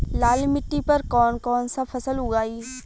लाल मिट्टी पर कौन कौनसा फसल उगाई?